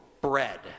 bread